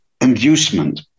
Inducement